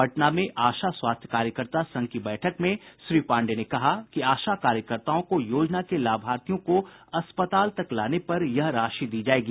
पटना में आशा स्वास्थ्य कार्यकर्ता संघ की बैठक में श्री पांडेय ने कहा कि आशा कार्यकर्ताओं को योजना के लाभार्थियों को अस्पताल तक लाने पर यह राशि दी जायेगी